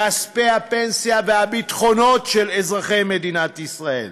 כספי הפנסיה והביטחונות של אזרחי מדינת ישראל.